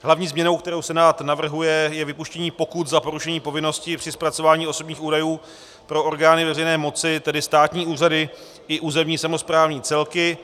Hlavní změnou, kterou Senát navrhuje, je vypuštění pokut za porušení povinností při zpracování osobních údajů pro orgány veřejné moci, tedy státní úřady i územně samosprávné celky.